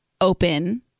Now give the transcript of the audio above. open